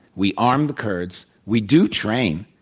we arm the kurds. we do train.